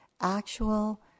actual